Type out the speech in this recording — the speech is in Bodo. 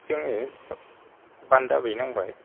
जोङो बान्दा बैनांबाय